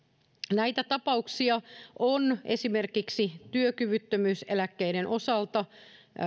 näitä tapauksia oli esimerkiksi työkyvyttömyyseläkkeiden osalta